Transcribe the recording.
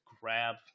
grab